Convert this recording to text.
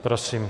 Prosím.